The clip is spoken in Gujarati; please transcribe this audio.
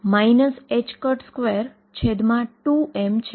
તેને સાંઈ તરીકે ઉચ્ચારવામાં આવે છે તે ગ્રીક અક્ષર છે